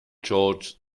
george’s